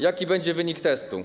Jaki będzie wynik testu?